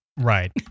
Right